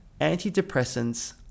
antidepressants